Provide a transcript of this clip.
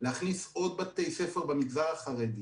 להכניס עוד בתי ספר במגזר החרדי.